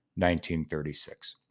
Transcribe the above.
1936